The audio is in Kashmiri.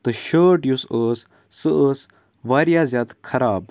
تہٕ شٲٹ یُس ٲس سُہ ٲس واریاہ زیادٕ خراب